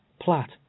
Platt